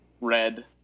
red